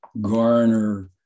garner